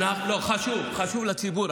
לא, חשוב לציבור.